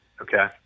Okay